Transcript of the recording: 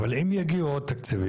אבל אם יגיעו עוד תקציבים,